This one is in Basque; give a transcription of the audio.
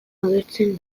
agertzen